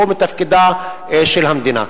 שהוא מתפקידה של המדינה.